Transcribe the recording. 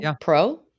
Pro